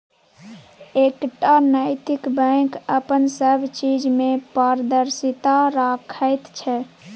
एकटा नैतिक बैंक अपन सब चीज मे पारदर्शिता राखैत छै